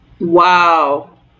Wow